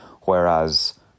Whereas